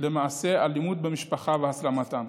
למעשי אלימות במשפחה והסלמתם.